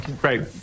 great